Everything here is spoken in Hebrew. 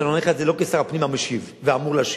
עכשיו אני אומר לך את זה לא כשר הפנים המשיב ואמור להשיב.